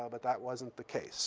ah but that wasn't the case